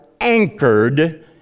anchored